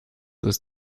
ist